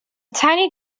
tiny